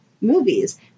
movies